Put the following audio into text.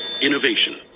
Innovation